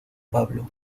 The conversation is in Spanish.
pablo